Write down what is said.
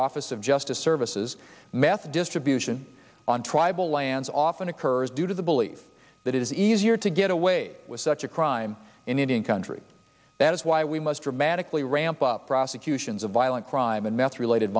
office of justice services meth distribution on tribal lands often occurs due to the belief that it is easier to get away with such a crime in indian country that is why we must dramatically ramp up prosecutions of violent crime and meth related